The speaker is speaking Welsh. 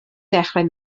dechrau